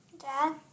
Dad